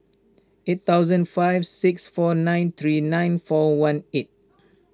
eight thousand five six four nine three nine four one eight